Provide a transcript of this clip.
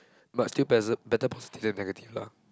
but still pesser better positive and negative lah